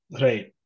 Right